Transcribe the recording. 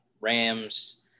Rams